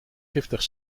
giftig